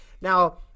now